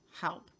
help